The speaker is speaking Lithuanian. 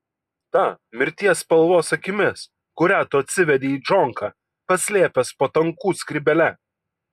ta mirties spalvos akimis kurią tu atsivedei į džonką paslėpęs po tankų skrybėle